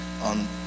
on